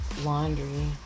laundry